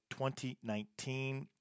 2019